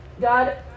God